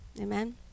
Amen